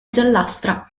giallastra